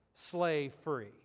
slave-free